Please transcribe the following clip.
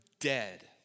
dead